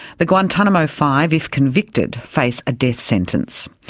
the guantanamo five, if convicted, face a death sentence.